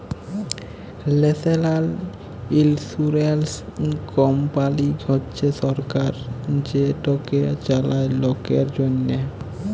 national insurance company হছে সরকার যেটকে চালায় লকের জ্যনহে